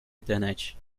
internet